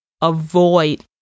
avoid